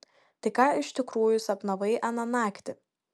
tai ką iš tikrųjų sapnavai aną naktį